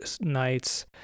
knights